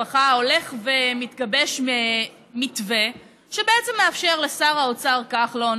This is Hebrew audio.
הולך ומתגבש מתווה שבעצם מאפשר לשר האוצר כחלון